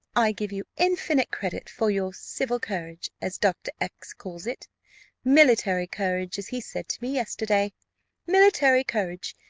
i give you infinite credit for your civil courage, as dr. x calls it military courage, as he said to me yesterday military courage,